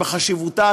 בחשיבותה,